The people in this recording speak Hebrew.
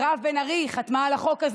לא, אי-אפשר כבר לשמוע את היוהרה